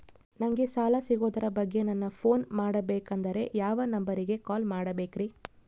ನಂಗೆ ಸಾಲ ಸಿಗೋದರ ಬಗ್ಗೆ ನನ್ನ ಪೋನ್ ಮಾಡಬೇಕಂದರೆ ಯಾವ ನಂಬರಿಗೆ ಕಾಲ್ ಮಾಡಬೇಕ್ರಿ?